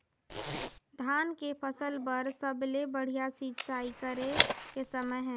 धान के फसल बार सबले बढ़िया सिंचाई करे के समय हे?